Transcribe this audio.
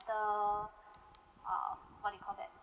uh what do you call that